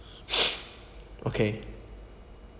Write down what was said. okay